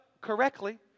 correctly